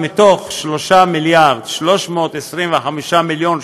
המספר: מ-3 מיליארד ו-325 מיליון,